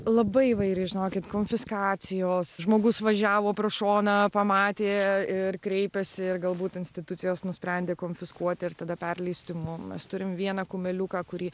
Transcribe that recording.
labai įvairiai žinokit konfiskacijos žmogus važiavo pro šoną pamatė ir kreipėsi ir galbūt institucijos nusprendė konfiskuoti ir tada perleisti mum mes turim vieną kumeliuką kurį